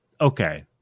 okay